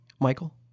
Michael